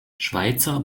schweizer